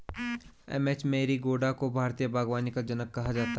M H Marigowda को भारतीय बागवानी का जनक कहा जाता है